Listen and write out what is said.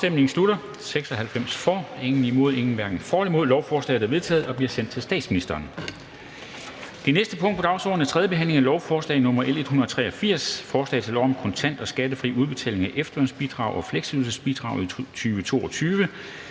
stemte 0, hverken for eller imod stemte 0. Lovforslaget er enstemmigt vedtaget og bliver sendt til statsministeren. --- Det næste punkt på dagsordenen er: 5) 3. behandling af lovforslag nr. L 183: Forslag til lov om kontant og skattefri udbetaling af efterlønsbidrag og fleksydelsesbidrag i 2022.